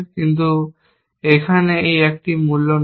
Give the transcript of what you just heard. কিন্তু এই এক এখানে মূল্য নেই